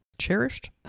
cherished